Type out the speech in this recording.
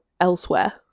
elsewhere